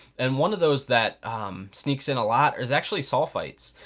and one of those that sneaks in a lot is actually sulfites.